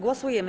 Głosujemy.